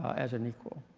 as an equal?